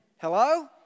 Hello